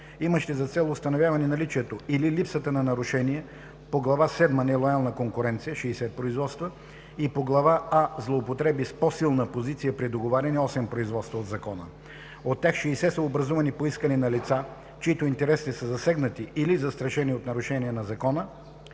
имащи за цел установяване наличието или липсата на нарушения по Глава седма „Нелоялна конкуренция“ – 60 производства, и по Глава седма „а“ „Злоупотреба с по-силна позиция при договаряне“ – 8 производства от Закона. От тях 60 са образувани по искане на лица, чиито интереси са засегнати или застрашени от нарушение на Закона,